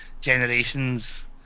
generations